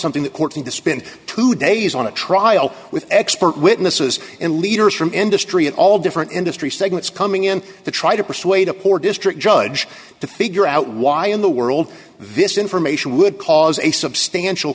something the courts need to spend two days on a trial with expert witnesses and leaders from industry at all different industry segments coming in to try to persuade a poor district judge to figure out why in the world this information would cause a substantial